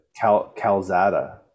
Calzada